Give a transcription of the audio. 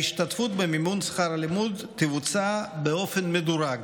ההשתתפות במימון שכר הלימוד תבוצע באופן מדורג.